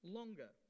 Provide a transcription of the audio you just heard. longer